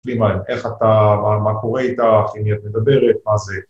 לימין, איך אתה, מה קורה איתך, עם מי את מדברת, מה זה?